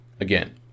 Again